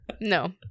No